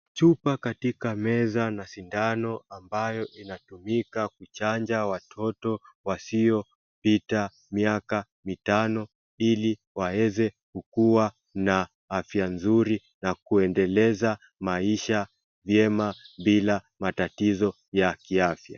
Chupa katika meza na sindano ambayo inatumika kuchanja watoto wasiopita miaka mitano ili waweze kukuwa na afya nzuri na kuendeleza maisha vyema bila matatizo ya kiafya.